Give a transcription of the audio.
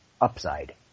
upside